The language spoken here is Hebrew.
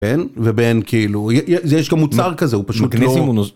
כן, ובין כאילו, יש גם מוצר כזה, הוא פשוט לא...